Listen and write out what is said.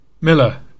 Miller